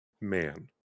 man